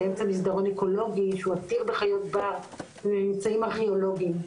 באמצע מסדרון אקולוגי שהוא עתיר בחיות בר וממצאים ארכיאולוגיים,